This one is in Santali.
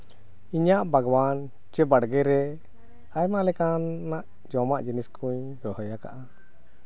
ᱤᱧᱟᱹᱜ ᱵᱟᱜᱽᱣᱟᱱ ᱥᱮ ᱵᱟᱲᱜᱮ ᱨᱮ ᱟᱭᱢᱟ ᱞᱮᱠᱟᱱᱟᱜ ᱡᱚᱢᱟᱜ ᱡᱤᱱᱤᱥ ᱠᱚᱧ ᱨᱚᱦᱚᱭ ᱠᱟᱜᱼᱟ